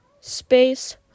space